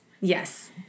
Yes